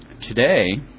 today